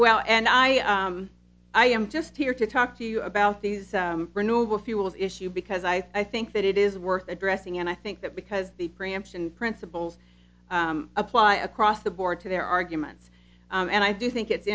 well and i am just here to talk to you about these renewal fuels issue because i think that it is worth addressing and i think that because the preemption principles apply across the board to their arguments and i do think it's